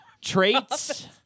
traits